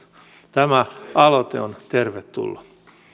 tämä aloite on tervetullut